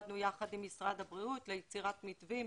עבדנו יחד עם משרד הבריאות ליצירת מתווים